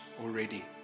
already